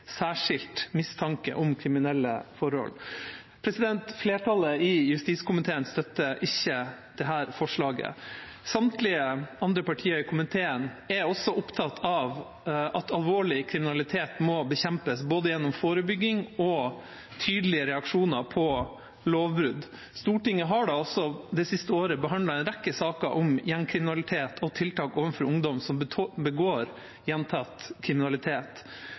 særskilt mistanke om kriminelle forhold. Flertallet i justiskomiteen støtter ikke dette forslaget. Samtlige andre partier i komiteen er også opptatt av at alvorlig kriminalitet må bekjempes, både gjennom forebygging og tydelige reaksjoner på lovbrudd. Stortinget har da også det siste året behandlet en rekke saker om gjengkriminalitet og tiltak overfor ungdom som begår gjentatt kriminalitet.